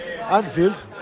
Anfield